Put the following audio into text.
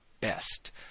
best